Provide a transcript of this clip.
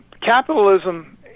capitalism